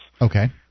Okay